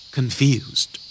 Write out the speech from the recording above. Confused